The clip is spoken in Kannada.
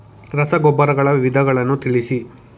ರಸಗೊಬ್ಬರಗಳ ವಿಧಗಳನ್ನು ತಿಳಿಸಿ?